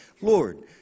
Lord